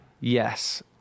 Yes